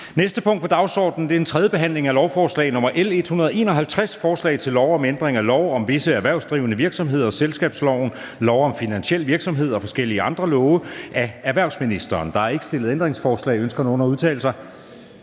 næste punkt på dagsordenen er: 28) 3. behandling af lovforslag nr. L 151: Forslag til lov om ændring af lov om visse erhvervsdrivende virksomheder, selskabsloven, lov om finansiel virksomhed og forskellige andre love. (Bedre vilkår for demokratiske virksomheder samt regler